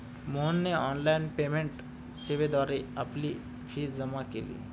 मोहितने online payment सेवेद्वारे आपली फी जमा केली